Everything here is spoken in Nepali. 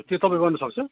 त्यो तपाईँ गर्नुसक्छ